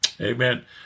Amen